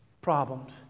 problems